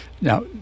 now